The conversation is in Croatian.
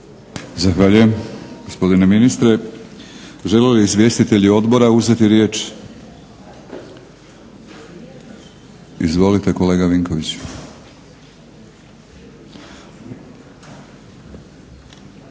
Zahvaljujem gospodine ministre. Žele li izvjestitelji odbora uzeti riječ? Izvolite kolega Vinković.